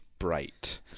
Bright